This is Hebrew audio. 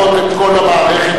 את כל המערכת,